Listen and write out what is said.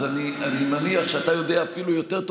אז אני מניח שאתה יודע אפילו יותר טוב